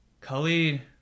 Khalid